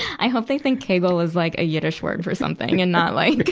i hope they think kegel was, like, a yiddish word for something, and not like,